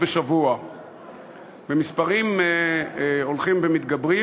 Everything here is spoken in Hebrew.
במספרים הולכים וגוברים,